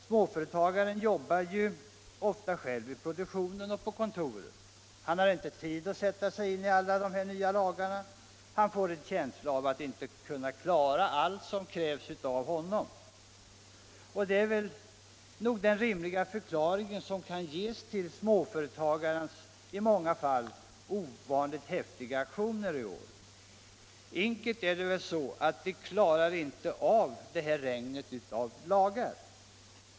Småföretagaren jobbar ofta själv både i produktionen och på kontoret. Han har inte tid att sätta sig in i alla de nya lagarna. Han får en känsla av att inte kunna klara allt som krävs av honom. Detta är nog den rimliga förklaringen till småföretagarnas ovanligt häftiga aktioner i år. Enkelt uttryckt är det väl så att de klarar inte detta regn av lagar.